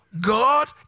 God